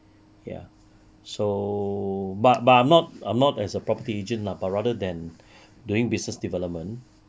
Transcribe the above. ya so bu~ but I'm not I'm not as a property agent lah but rather than doing business development